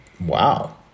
Wow